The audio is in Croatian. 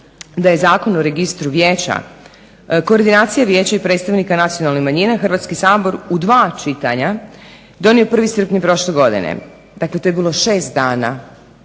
da je Zakon o registru vijeća koordinacije vijeća i predstavnika nacionalne manjine Hrvatski sabor u dva čitanja donio 1.srpnja prošle godine. dakle to je bilo 6 dana